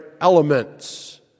elements